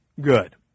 good